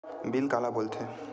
Bill काला बोल थे?